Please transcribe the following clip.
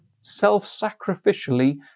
self-sacrificially